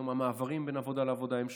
היום המעברים בין עבודה לעבודה הם שונים.